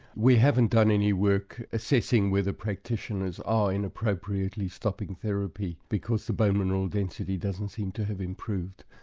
we haven't done any work assessing whether practitioners are inappropriately stopping therapy, because the bone mineral density doesn't seem to have improved.